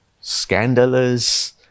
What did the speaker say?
scandalous